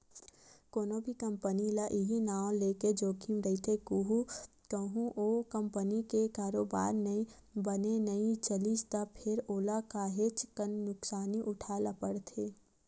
कोनो भी कंपनी ल इहीं नांव लेके जोखिम रहिथे कहूँ ओ कंपनी के कारोबार बने नइ चलिस त फेर ओला काहेच के नुकसानी उठाय ल परथे